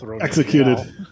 Executed